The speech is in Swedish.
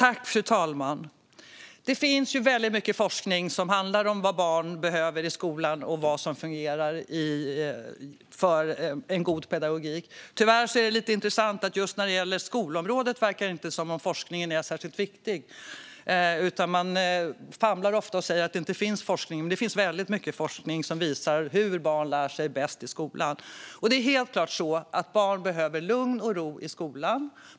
Fru talman! Det finns mycket forskning som handlar om vad barn behöver i skolan och vad som fungerar för en god pedagogik. Tyvärr är det intressant att just när det gäller skolområdet verkar det inte som att forskningen är särskilt viktig. Man famlar ofta och säger att det inte finns forskning, men det finns mycket forskning som visar hur barn lär sig bäst i skolan. Det är helt klart så att barn behöver lugn och ro i skolan.